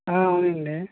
అవునండి